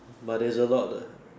but there is a lot lah